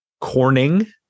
Corning